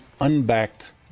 unbacked